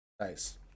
nice